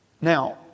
Now